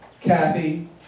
Kathy